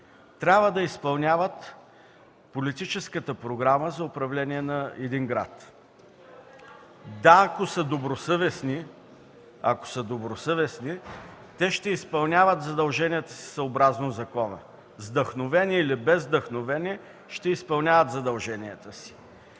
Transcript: трябва да изпълняват политическата програма за управление на един град. (Реплики.) Да, ако са добросъвестни, те ще изпълняват задълженията си съобразно закона – с вдъхновение или без вдъхновение, ще изпълняват задълженията си.